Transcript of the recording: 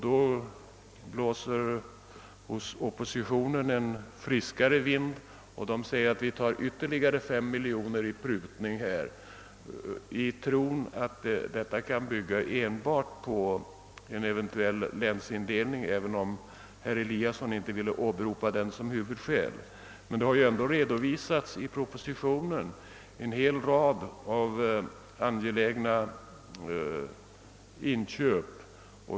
Hos oppositionen blåser emellertid en friskare vind, och man vill på detta håll pruta ytterligare 5 miljoner kronor bl.a. med hänvisning till en eventuell länsindelningsreform, även om herr Eliasson inte ville åberopa denna som huvudskäl. Det har emellertid ändå i propositionen redovisats en hel rad av angelägna inköp.